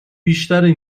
بیشتری